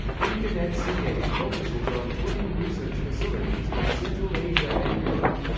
inconet ca focuses on twinning research facilities in central asia and europe.